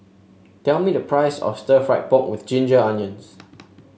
tell me the price of stir fry pork with Ginger Onions